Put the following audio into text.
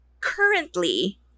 currently